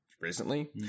recently